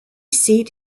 seat